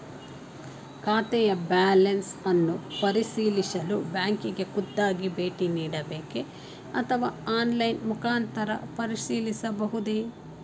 ಖಾತೆಯ ಬ್ಯಾಲೆನ್ಸ್ ಅನ್ನು ಪರಿಶೀಲಿಸಲು ಬ್ಯಾಂಕಿಗೆ ಖುದ್ದಾಗಿ ಭೇಟಿ ನೀಡಬೇಕೆ ಅಥವಾ ಆನ್ಲೈನ್ ಮುಖಾಂತರ ಪರಿಶೀಲಿಸಬಹುದೇ?